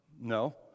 No